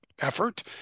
Effort